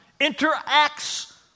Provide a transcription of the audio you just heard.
interacts